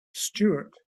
stewart